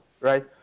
right